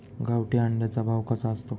गावठी अंड्याचा भाव कसा असतो?